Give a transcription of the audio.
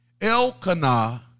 Elkanah